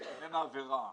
הרי אין עבירה,